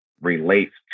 relates